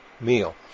meal